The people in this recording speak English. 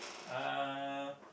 uh